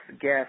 guess